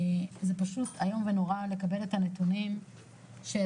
זה פשוט איום ונורא לקבל את הנתונים של